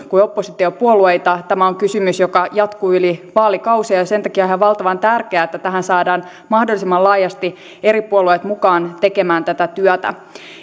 kuin oppositiopuolueita tämä on kysymys joka jatkuu yli vaalikausien niin sen takia on ihan valtavan tärkeää että saadaan mahdollisimman laajasti eri puolueet mukaan tekemään tätä työtä